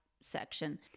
section